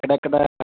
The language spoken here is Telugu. ఎక్కడెక్కడ